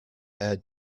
add